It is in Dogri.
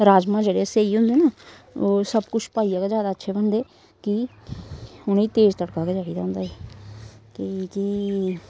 राजमांह् जेह्ड़े स्हेई होंदे न ओह् सब कुछ पाइयै गै जैदा अच्छे बनदे कि उ'नें गी तेज तड़का गै चाहिदा होंदा ऐ कि कि